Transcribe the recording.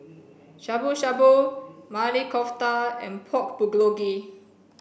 Shabu Shabu Maili Kofta and Pork Bulgogi